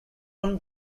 own